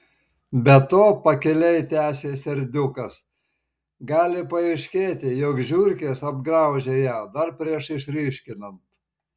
be to pakiliai tęsė serdiukas gali paaiškėti jog žiurkės apgraužė ją dar prieš išryškinant